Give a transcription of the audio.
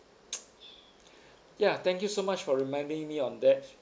ya thank you so much for reminding me on that